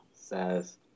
says